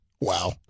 Wow